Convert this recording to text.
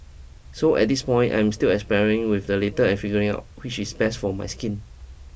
so at this point I'm still expiring with the later and figuring out which is best for my skin